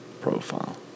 profile